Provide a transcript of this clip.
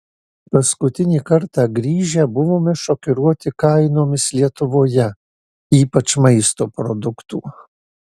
paskutinį kartą grįžę buvome šokiruoti kainomis lietuvoje ypač maisto produktų